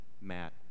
Matt